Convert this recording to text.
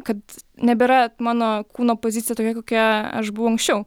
kad nebėra mano kūno pozicija tokia kokia aš buvau anksčiau